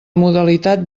modalitat